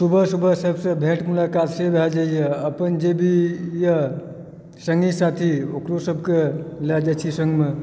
सुबह सुबह सबसे भेट मुलाक़ात से भए जाइए अपन जे भी यऽ सङ्गी साथी ओकरो सबकेँ लए जाइत छी सङ्गमे